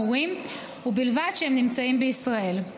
ובלבד שהם נמצאים בישראל.